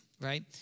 right